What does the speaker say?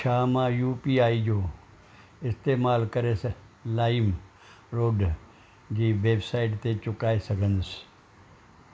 छा मां U P I जो इस्तेमालु करेसि लाइम रोड जी वेबसाइट ते चुकाए सघंदुसि